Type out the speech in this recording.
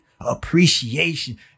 appreciation